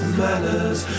manners